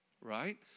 right